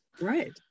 Right